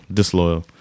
disloyal